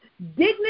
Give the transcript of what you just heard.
Dignity